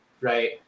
right